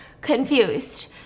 confused